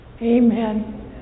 Amen